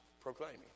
proclaiming